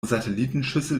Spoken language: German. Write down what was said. satellitenschüssel